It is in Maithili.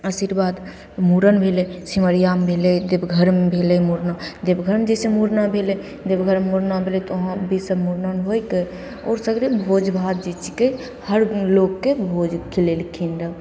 आशीर्वाद मूड़न भेलै सिमरियामे भेलै देवघरमे भेलै मुड़ना देवघरमे जइसे मुड़ना भेलै देवघरमे मुड़ना भेलै तऽ वहाँ भी सभ मुड़ना होइके आओर सगरे भोज भात जे छिकै हर लोककेँ भोज खिलेलखिन रहै